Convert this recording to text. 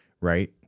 Right